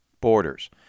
borders